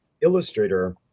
illustrator